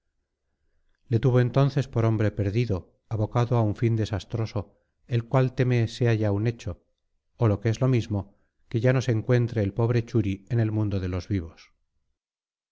le tuvo entonces por hombre perdido abocado a un fin desastroso el cual teme sea ya un hecho o lo que es lo mismo que ya no se encuentre el pobre churi en el mundo de los vivos